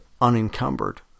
unencumbered